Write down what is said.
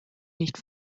nicht